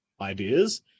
ideas